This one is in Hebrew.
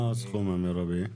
מה הסכום המרבי?